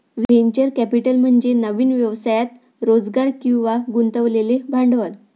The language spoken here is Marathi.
व्हेंचर कॅपिटल म्हणजे नवीन व्यवसायात रोजगार किंवा गुंतवलेले भांडवल